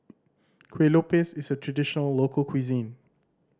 Kueh Lopes is a traditional local cuisine